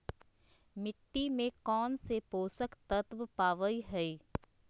मिट्टी में कौन से पोषक तत्व पावय हैय?